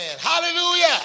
hallelujah